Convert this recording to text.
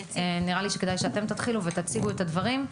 נראה לי שכדאי שאתם תתחילו ותציגו את הדברים.